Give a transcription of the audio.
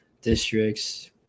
districts